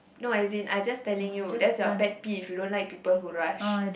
no as in I just telling that's your pet peeve you don't like people who rush